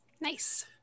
Nice